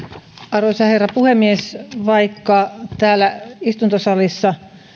arvoisa herra puhemies täällä istuntosalissa